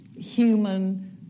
human